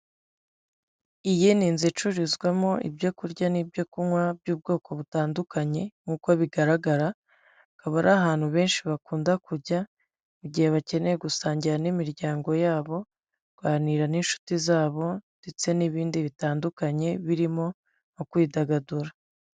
Iyi ni inzu icururizwamo ibyo kurya n'ibyo kunywa by'ubwoko butandukanye nk'uko bigaragaraba, akaba ari ahantu benshi bakunda kujya mu gihe bakeneye gusangira n'imiryango yabo, kuganira n'inshuti zabo ndetse n'ibindi bitandukanye birimo nko kwidagadura